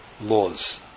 laws